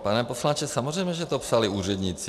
Pane poslanče, samozřejmě že to psali úředníci.